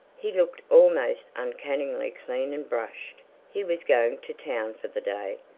he looked almost uncannily clean and brushed he was going to town for the day.